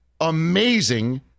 amazing